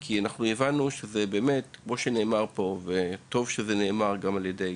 כי כמו שהבנו ממה שנאמר פה וטוב שזה נאמר גם על ידי